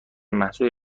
محصول